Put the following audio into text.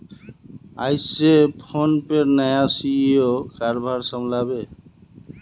आइज स फोनपेर नया सी.ई.ओ कारभार संभला बे